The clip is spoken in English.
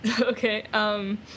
Okay